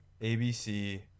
ABC